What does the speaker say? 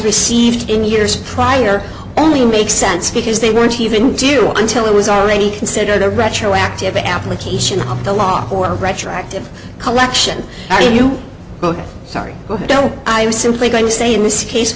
received in years prior only makes sense because they weren't even to you until it was already considered a retroactive application of the law for retroactive collection are you sorry i was simply going to say in this case